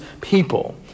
people